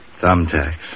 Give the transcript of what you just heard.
Thumbtacks